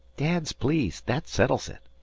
dad's pleased that settles it,